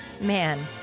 Man